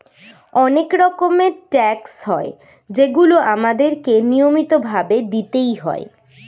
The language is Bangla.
অনেক রকমের ট্যাক্স হয় যেগুলো আমাদের কে নিয়মিত ভাবে দিতেই হয়